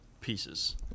Pieces